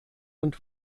und